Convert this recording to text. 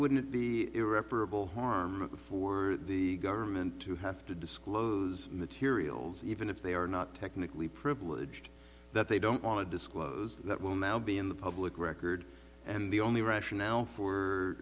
wouldn't it be irreparable harm for the government to have to disclose materials even if they are not technically privileged that they don't want to disclose that will now be in the public record and the only rationale for